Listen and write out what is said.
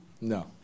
No